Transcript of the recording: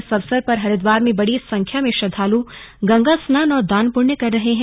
इस अवसर पर हरिद्वार में बड़ी संख्या में श्रद्वालु गंगा स्नान और दान पुण्य कर रहे हैं